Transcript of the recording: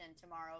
tomorrow